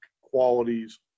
qualities